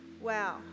Wow